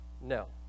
No